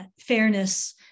fairness